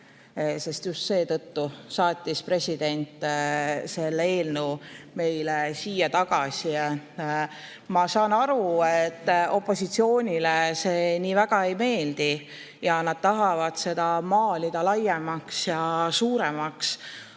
Just seetõttu saatis president selle eelnõu meile siia tagasi. Ma saan aru, et opositsioonile see väga ei meeldi, nad tahavad seda maalida laiemaks ja suuremaks.